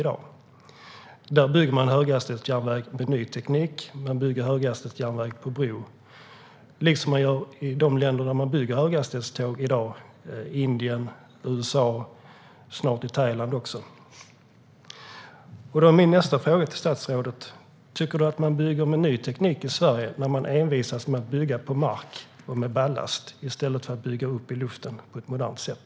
Där bygger man höghastighetsjärnväg med ny teknik - man bygger höghastighetsjärnväg på bro liksom man gör i de andra länder där man i dag bygger höghastighetståg; det är Indien, USA och snart också i Thailand. Min nästa fråga till statsrådet är: Tycker du att man bygger med ny teknik i Sverige när man envisas med att bygga på mark och med ballast i stället för att bygga uppe i luften på ett modernt sätt?